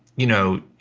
you know,